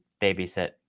babysit